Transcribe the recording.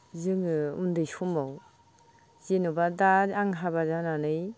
जोङो उन्दै समाव जेन'बा दा आं हाबा जानानै